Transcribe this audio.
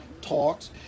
talks